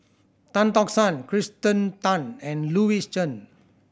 Tan Tock San Kirsten Tan and Louis Chen